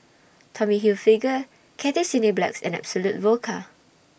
Tommy Hilfiger Cathay Cineplex and Absolut Vodka